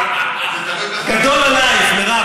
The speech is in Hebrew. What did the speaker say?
גדול עלייך, מירב.